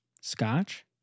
scotch